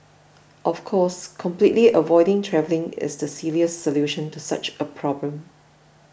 of course completely avoiding travelling is the silliest solution to such a problem